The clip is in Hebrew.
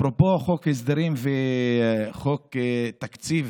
אפרופו חוק הסדרים וחוק תקציב,